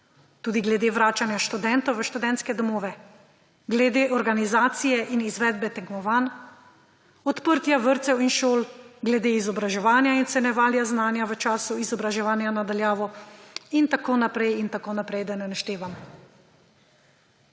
tudi glede vračanja študentov v študentske domove, glede organizacije in izvedbe tekmovanj, odprtja vrtcev in šol, glede izobraževanja in ocenjevanja znanja v času izobraževanja na daljavo in tako naprej in tako naprej, da ne naštevam.